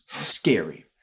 scary